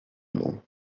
mną